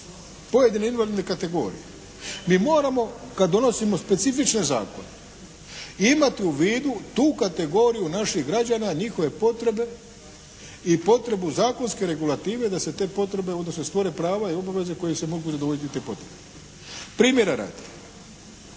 pojedine invalidne kategorije mi moramo kad donosimo specifične zakone imati u vidu tu kategoriju naših građana, njihove potrebe i potrebu zakonske regulative da se te potrebe, odnosno stvore prava i obaveze kojim se mogu zadovoljiti te potrebe. Primjera radi,